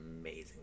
amazing